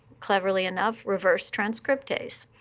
cleverly enough, reverse transcriptase.